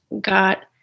got